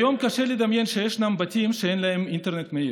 היום קשה לדמיין שישנם בתים שאין להם אינטרנט מהיר.